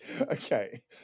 Okay